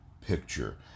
picture